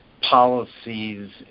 policies